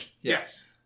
Yes